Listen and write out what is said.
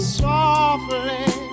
softly